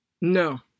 No